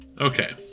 Okay